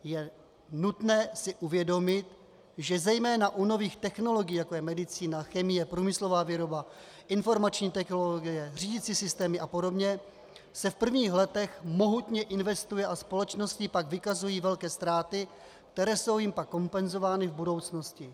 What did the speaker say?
Je nutné si uvědomit, že zejména u nových technologií, jako je medicína, chemie, průmyslová výroba, informační technologie, řídicí systémy apod., se v prvních letech mohutně investuje a společnosti pak vykazují velké ztráty, které jsou jim pak kompenzovány v budoucnosti.